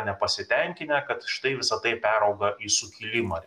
nepasitenkinę kad štai visa tai perauga į sukilimą